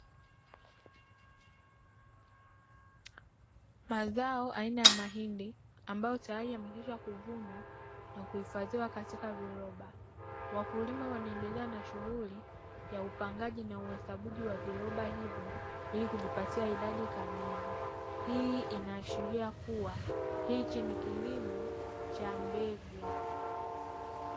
Mazao aina mahindi, ambayo tayari yamekwisha kuvunwa na kuhifadiwa katika viroba, wakulima wanendelea na shuguli ya upangaji na uhesabuji wa viroba hivyo ili kujipatia idadi kamili. Hii inaashiria kuwa hichi ni kilimo cha mbegu